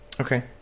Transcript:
Okay